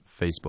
Facebook